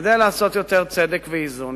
כדי לעשות יותר צדק ואיזון.